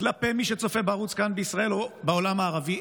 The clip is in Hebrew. כלפי מי שצופה בערוץ כאן בישראל ובעולם הערבי,